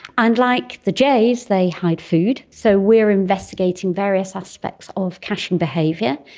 and like the jays, they hide food. so we are investigating various aspects of caching behaviour.